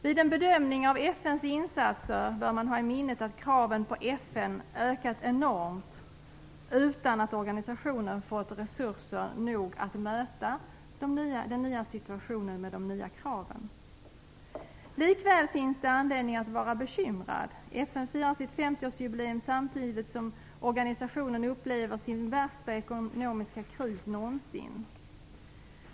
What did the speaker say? Vid en bedömning av FN:s insatser bör man ha i minnet att kraven på FN ökat enormt utan att organisationen fått resurser nog att möta den nya situationen med de nya kraven. Likväl finns det anledning att vara bekymrad. FN firar sitt 50-årsjubileum samtidigt som organisationen upplever sin värsta ekonomiska kris någonsin.